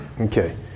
Okay